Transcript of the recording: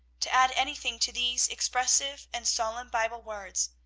to add anything to these expressive and solemn bible words.